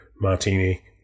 Martini